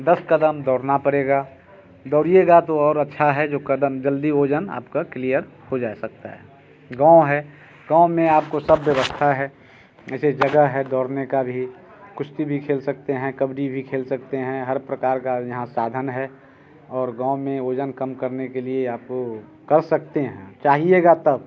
दस क़दम दौड़ना पड़ेगा दौड़िइगा तो और अच्छा है जो क़दम जल्दी वज़न आपका क्लीयर हो जा सकता है गाँव है गाँव में आपको सब व्यवस्था है ऐसे जगह है दौड़ने की भी कुश्ती भी खेल सकते हैं कबड्डी भी खेल सकते हैं हर प्रकार को यहाँ साधन है और गाँव में वज़न कम करने के लिए आप कर सकते हैं चाहिएगा तब